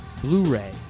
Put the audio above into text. Blu-ray